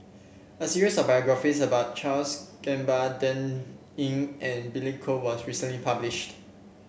a series of biographies about Charles Gamba Dan Ying and Billy Koh was recently published